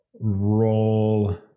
roll